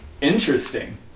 Interesting